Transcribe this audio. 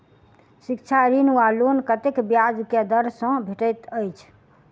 शिक्षा ऋण वा लोन कतेक ब्याज केँ दर सँ भेटैत अछि?